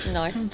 nice